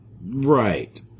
Right